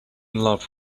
love